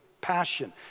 passion